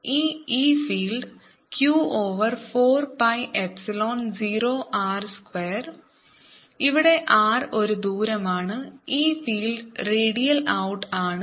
ഈ E field q over 4 pi epsilon 0 r square ഇവിടെ r ഒരു ദൂരമാണ് ഈ ഫീൽഡ് റേഡിയൽ ഔട്ട് ആണ്